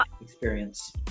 experience